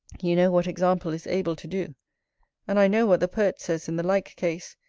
you know what example is able to do and i know what the poet says in the like case,